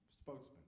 spokesman